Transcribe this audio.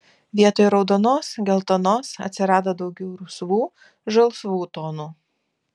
vietoj raudonos geltonos atsirado daugiau rusvų žalsvų tonų